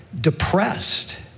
depressed